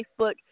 Facebook